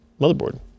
motherboard